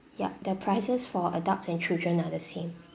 ya the prices for adults and children are the same